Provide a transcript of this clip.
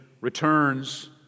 returns